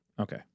Okay